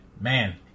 man